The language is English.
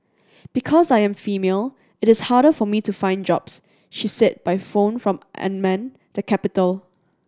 because I am female it is harder for me to find jobs she said by phone from Amman the capital